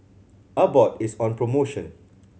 Abbott is on promotion